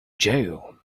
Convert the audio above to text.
jail